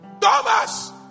Thomas